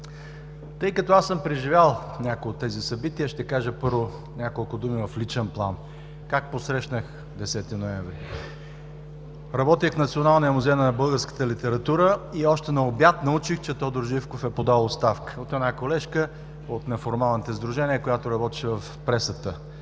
Тъй като съм преживял някои от тези събития, ще кажа първо няколко думи в личен план – как посрещнах 10 ноември. Работех в Националния музей на българската литература и още на обяд научих, че Тодор Живков е подал оставка – от една колежка от неформалните сдружения, която работеше в пресата.